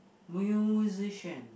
musician